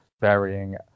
varying